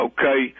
Okay